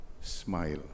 smile